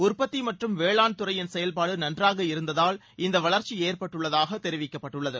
உற்பத்தி மற்றும் வேளாண்துறையின் செயல்பாடு நன்றாக இருந்ததால் இந்த வளர்ச்சி ஏற்பட்டுள்ளதாக தெரிவிக்கப்பட்டுள்ளது